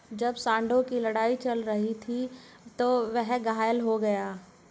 जब सांडों की लड़ाई चल रही थी, वह घायल हो गया